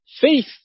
faith